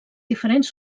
diferents